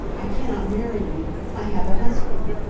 i cannot marry you. i have a husband.